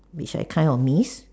which I kind of miss